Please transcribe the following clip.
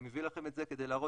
אני מביא לכם את זה כדי להראות